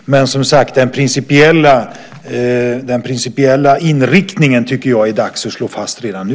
Men det är dags att slå fast den principiella inriktningen redan nu.